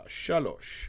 shalosh